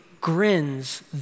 grins